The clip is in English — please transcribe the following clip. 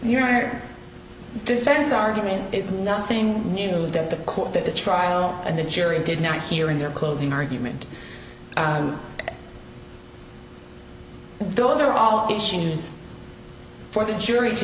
your defense argument is nothing new that the court that the trial and the jury did not hear in their closing argument those are all issues for the jury to